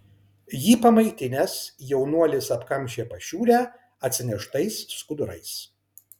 jį pamaitinęs jaunuolis apkamšė pašiūrę atsineštais skudurais